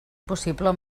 possible